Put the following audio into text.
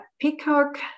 Peacock